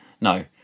no